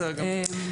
בסדר גמור.